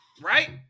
right